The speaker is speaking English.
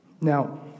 Now